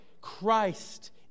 Christ